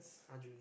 Arjun